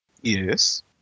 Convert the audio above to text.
Yes